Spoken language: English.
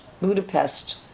Budapest